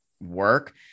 work